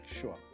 Sure